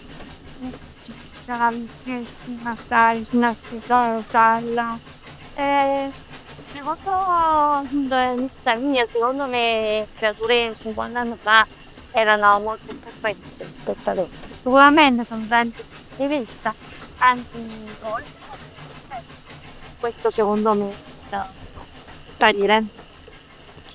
'A sta vicino a sti social. Secondo 'o punto di vista mij, secondo me 'e creatur 'e cinquant'anni fa erano molto chiù felici rispetto ad oggi. Sicurament ci sono tanti punti di vista, tanti pro e contro, tanti questo secondo me è il mio parere.